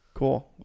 Cool